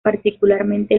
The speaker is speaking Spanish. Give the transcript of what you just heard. particularmente